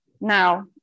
Now